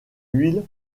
huile